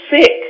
sick